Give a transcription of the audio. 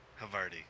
Havarti